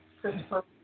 Christopher